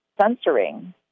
censoring